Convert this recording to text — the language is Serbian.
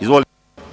Izvolite.